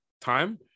time